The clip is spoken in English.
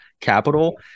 capital